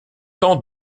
tant